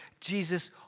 Jesus